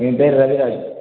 என் பேர் ரவிராஜ்